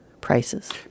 prices